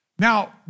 Now